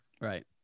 Right